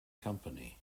company